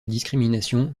discrimination